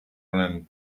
olen